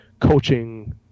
coaching